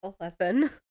Eleven